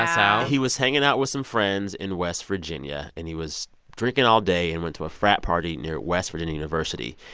out? he was hanging out with some friends in west virginia. and he was drinking all day and went to a frat party near west virginia university.